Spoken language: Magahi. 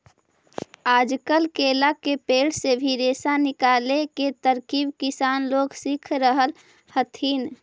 आजकल केला के पेड़ से भी रेशा निकाले के तरकीब किसान लोग सीख रहल हथिन